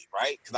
right